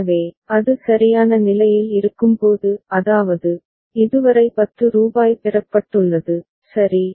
எனவே அது சரியான நிலையில் இருக்கும்போது அதாவது இதுவரை 10 ரூபாய் பெறப்பட்டுள்ளது சரி